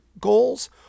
goals